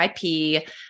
VIP